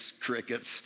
crickets